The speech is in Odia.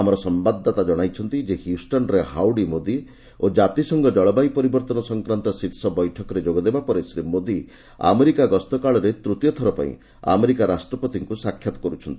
ଆମର ସମ୍ଭାଦଦାତା ଜଣାଇଛନ୍ତି ଯେ ହ୍ୟୁଷ୍ଟନ୍ରେ ହାଉଡି ମୋଦୀ ଓ ଜାତିସଂଘ କଳବାୟୁ ପରିବର୍ତ୍ତନ ସଂକ୍ରାନ୍ତ ଶୀର୍ଷ ବୈଠକରେ ଯୋଗ ଦେବାପରେ ଶ୍ରୀ ମୋଦୀ ଆମେରିକା ଗସ୍ତ କାଳରେ ତୂତୀୟ ଥର ପାଇଁ ଆମେରିକା ରାଷ୍ଟ୍ରପତିଙ୍କୁ ସାକ୍ଷାତ କରୁଛନ୍ତି